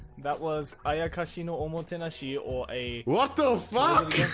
that was ayakashi no omotenashi or a what the fuck